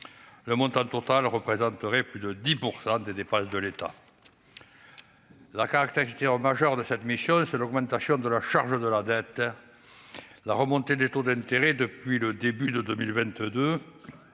le montant total représenterait plus de 10 % des dépenses de l'État la caractère en de cette mission, c'est l'augmentation de la charge de la dette, la remontée des taux d'intérêt depuis le début de 2022,